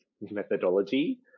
methodology